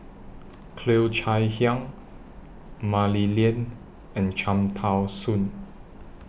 Cheo Chai Hiang Mah Li Lian and Cham Tao Soon